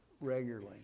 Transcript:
regularly